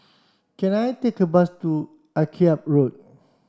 can I take a bus to Akyab Road